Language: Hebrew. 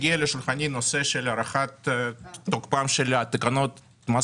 הגיע לשולחני נושא של הארכת תוקפן של תקנות מס